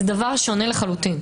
זה שונה לחלוטין.